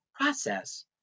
process